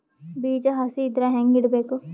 ಬೀಜ ಹಸಿ ಇದ್ರ ಹ್ಯಾಂಗ್ ಇಡಬೇಕು?